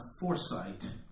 foresight